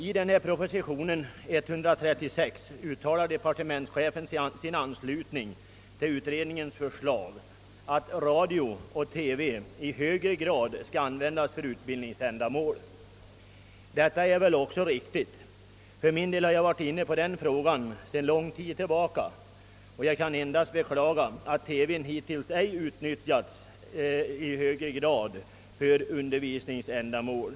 I propositionen uttalar departementschefen sin anslutning till radioutredningens förslag att radio och TV i större utsträckning skall användas för utbildningsändamål. Jag finner detta helt riktigt. För min del har jag sedan lång tid tillbaka varit inne på frågan, och jag kan endast beklaga att TV hittills inte utnyttjats mera för undervisningsändamål.